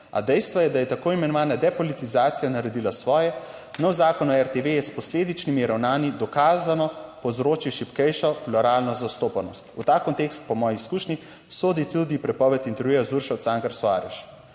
A dejstvo je, da je tako imenovana depolitizacija naredila svoje. Nov zakon o RTV je s posledičnimi ravnanji dokazano povzročil šibkejšo, pluralno zastopanost. V ta kontekst po moji izkušnji sodi tudi prepoved intervjuja z Uršo Cankar Soares.